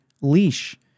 leash